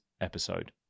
episode